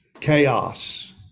chaos